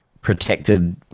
protected